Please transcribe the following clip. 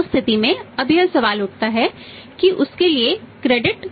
उस स्थिति में अब यह सवाल उठता है कि उसके लिए क्रेडिट